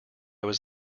was